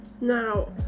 now